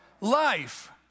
life